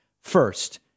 First